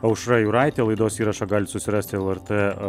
aušra juraitė laidos įrašą galit susirasti lrt